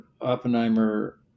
Oppenheimer